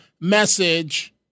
message